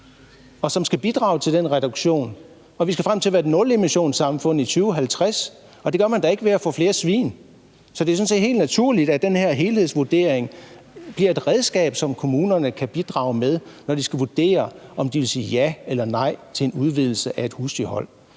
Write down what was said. og som skal bidrage til den reduktion. Vi skal frem til at være nulemissionssamfund i 2050, og det gør man da ikke ved at få flere svin. Så det er sådan set helt naturligt, at den her helhedsvurdering bliver et redskab, som kommunerne kan bruge, når de skal vurdere, om de vil sige ja eller nej til en udvidelse af et husdyrhold.